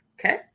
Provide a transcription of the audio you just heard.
okay